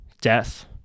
death